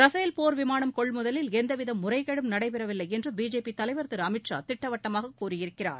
Rafale போர் விமானம் கொள்முதலில் எந்தவித முறைகேடும் நடைபெறவில்லை என்று பிஜேபி தலைவர் திரு அமித் ஷா திட்டவட்டமாக கூறியிருக்கிறார்